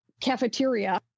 cafeteria